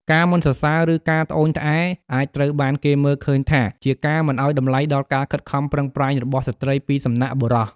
ការមិនសរសើរ ឬការត្អូញត្អែរ អាចត្រូវបានគេមើលឃើញថាជាការមិនឱ្យតម្លៃដល់ការខិតខំប្រឹងប្រែងរបស់ស្ត្រីពីសំណាក់បុរស។